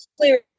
clear